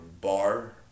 bar